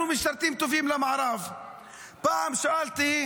להיות שרתים של הקולוניאליזם בעולם זה להיות נטע זר,